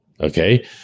okay